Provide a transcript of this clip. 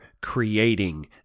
Creating